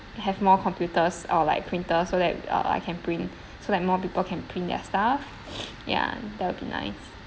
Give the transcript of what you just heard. have more computers or like printers so that uh I can print so that more people can print their stuff ya that will be nice